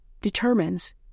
determines